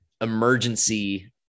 emergency